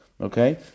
okay